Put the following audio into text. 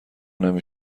نمی